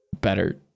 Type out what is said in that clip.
better